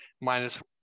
minus